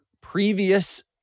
previous